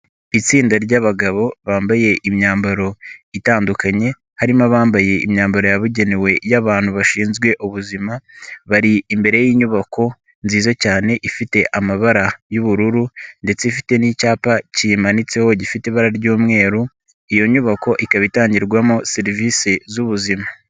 Itsinda ry'abagabo bambaye imyambaro itandukanye, harimo abambaye imyambaro yabugenewe y'abantu bashinzwe ubuzima, bari imbere y'inyubako nziza cyane ifite amabara y'ubururu ndetse ifite n'icyapa kiyimanitseho gifite ibara ry'umweru, iyo nyubako ikaba itangirwamo serivisi z'ubuzima.